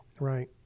Right